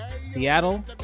seattle